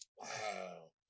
Wow